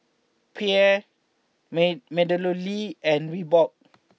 Perrier may MeadowLea and Reebok